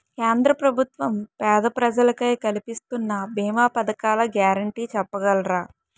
కేంద్ర ప్రభుత్వం పేద ప్రజలకై కలిపిస్తున్న భీమా పథకాల గ్యారంటీ చెప్పగలరా?